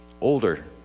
Older